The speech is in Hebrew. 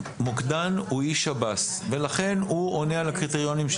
המוקדן הוא איש שב"ס ולכן הוא עונה על הקריטריונים של